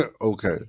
Okay